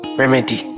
remedy